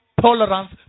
tolerance